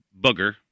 booger